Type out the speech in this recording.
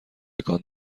تکان